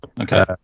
Okay